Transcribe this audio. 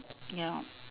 ya